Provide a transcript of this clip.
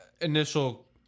initial